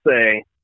say